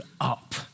up